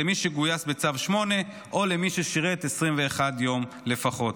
למי שגויס בצו 8 או למי ששירת 21 יום לפחות.